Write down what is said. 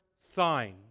sign